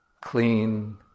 clean